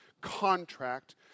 contract